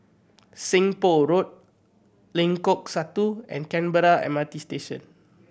Seng Poh Road Lengkok Satu and Canberra M R T Station